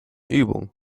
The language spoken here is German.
übung